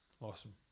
awesome